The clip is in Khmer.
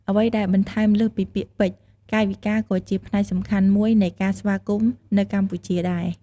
អ្វីដែលបន្ថែមលើសពីពាក្យពេចន៍ កាយវិការក៏ជាផ្នែកសំខាន់មួយនៃការស្វាគមន៍នៅកម្ពុជាដែរ។